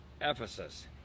ephesus